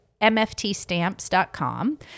mftstamps.com